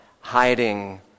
hiding